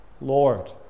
Lord